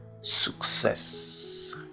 success